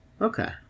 Okay